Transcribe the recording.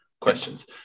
questions